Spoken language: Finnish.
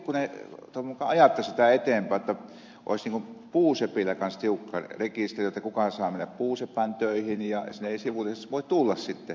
toivon mukaan ajatte sitä eteenpäin jotta olisi puusepillä myös tiukka rekisteri kuka saa mennä puusepän töihin ja sinne eivät sivulliset voi tulla sitten